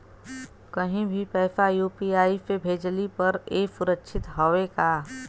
कहि भी पैसा यू.पी.आई से भेजली पर ए सुरक्षित हवे का?